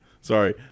Sorry